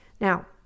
Now